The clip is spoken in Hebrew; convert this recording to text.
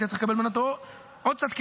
והיית צריך לקבל ממנה עוד קצת כסף,